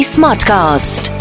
Smartcast